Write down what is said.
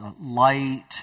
light